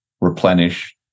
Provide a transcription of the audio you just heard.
replenish